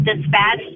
dispatch